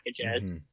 packages